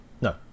No